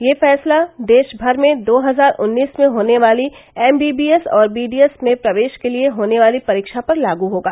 यह फैसला देश भर में दो हजार उन्नीस में होने वाली एमबीबीएस और बीडीएस में प्रवेश के लिए होने वाली परीक्षा पर लागू होगा